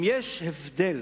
אם יש הבדל